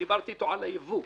כשדיברתי איתו על הייבוא,